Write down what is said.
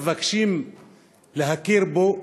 מבקשים להכיר בו,